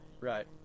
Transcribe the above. Right